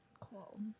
Cool